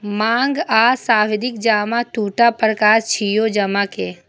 मांग आ सावधि जमा दूटा प्रकार छियै जमा के